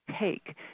take